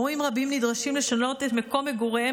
הורים רבים נדרשים לשנות את מקום מגוריהם